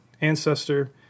ancestor